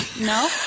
No